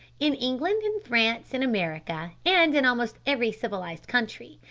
in england, in france, in america, and in almost every civilised country,